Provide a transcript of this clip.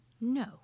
No